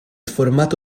formato